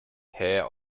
heir